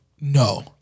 no